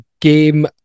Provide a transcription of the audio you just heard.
game